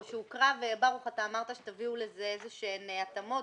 או שהוקרא וברוך אמר שתביאו לזה איזה שהן התאמות,